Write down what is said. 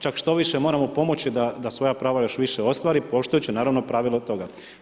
Čak štoviše moramo pomoći da svoja prava još više ostvari poštujuću naravno pravilo toga.